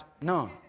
No